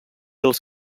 els